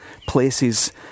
places